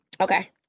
Okay